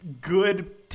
good –